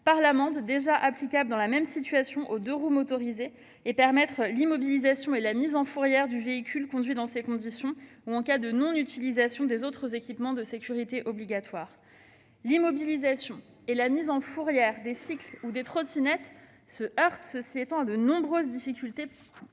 par l'amende déjà applicable, dans la même situation, aux deux-roues motorisés. Elle vise également à permettre l'immobilisation et la mise en fourrière du véhicule conduit dans ces conditions, ou en cas de non-utilisation des autres équipements de sécurité obligatoires. Toutefois, l'immobilisation et la mise en fourrière des cycles ou des trottinettes se heurtent à de nombreuses difficultés